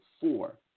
four